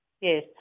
Yes